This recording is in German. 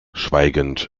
schweigend